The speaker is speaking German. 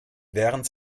während